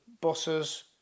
buses